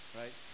right